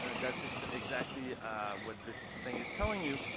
ah that's like so exactly what this thing is telling you.